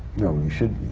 you know you should